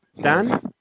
Dan